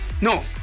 no